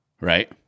right